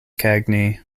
cagney